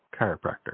chiropractor